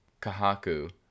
Kahaku